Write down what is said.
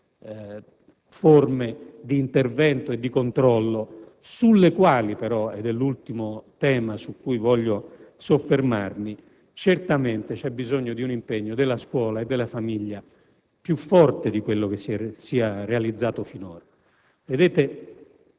forme di intervento e di controllo, sulle quali però - ed è l'ultimo tema su cui voglio soffermarmi - c'è bisogno certamente di un impegno della scuola e della famiglia più forte di quello che si è realizzato finora. Vedete,